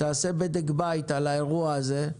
שתעשה בדק בית על האירוע הזה,